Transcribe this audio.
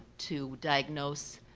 to diagnose